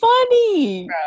funny